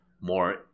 more